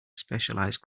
specialized